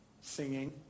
singing